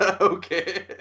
Okay